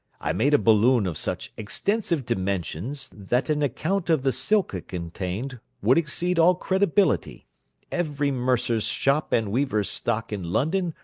i made a balloon of such extensive dimensions, that an account of the silk it contained would exceed all credibility every mercer's shop and weaver's stock in london,